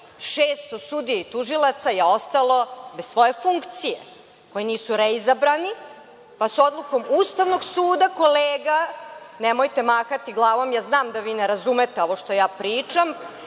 sudija i tužilaca je ostalo bez svoje funkcije, koji nisu reizabrani, pa su Odlukom Ustavnog suda, molim vas kolega nemojte mahati glavom, znam da vi ne razumete ovo što ja pričam,